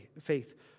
faith